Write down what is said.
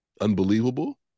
unbelievable